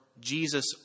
Jesus